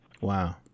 Wow